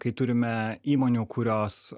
kai turime įmonių kurios